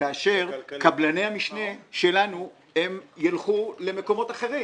-- כאשר קבלני המשנה שלנו ילכו למקומות אחרים.